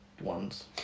ones